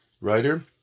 writer